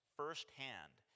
firsthand